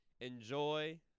enjoy